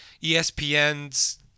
ESPN's